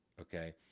Okay